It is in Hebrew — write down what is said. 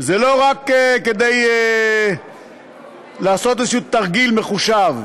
זה לא רק כדי לעשות איזשהו תרגיל מחושב,